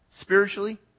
Spiritually